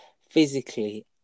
physically